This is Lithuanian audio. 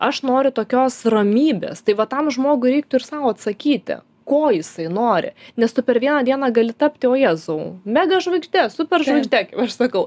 aš noriu tokios ramybės tai va tam žmogui reiktų ir sau atsakyti ko jisai nori nes tu per vieną dieną gali tapti o jėzau mega žvaigžde super žvaigžde kaip aš sakau